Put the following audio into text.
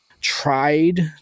tried